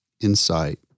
insight